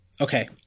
okay